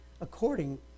according